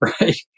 right